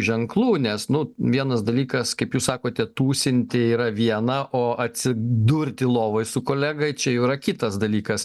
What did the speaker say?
ženklų nes nu vienas dalykas kaip jūs sakote tūsinti yra viena o atsidurti lovoj su kolega čia jau yra kitas dalykas